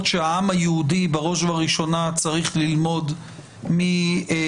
שהעם היהודי בראש ובראשונה צריך ללמוד מעברו.